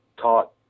taught